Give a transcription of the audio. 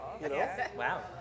Wow